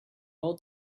all